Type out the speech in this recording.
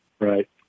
Right